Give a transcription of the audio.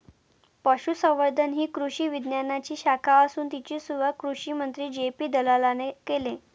पशुसंवर्धन ही कृषी विज्ञानाची शाखा असून तिची सुरुवात कृषिमंत्री जे.पी दलालाने केले